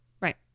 Right